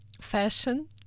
fashion